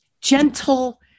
gentle